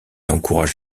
encourage